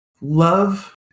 love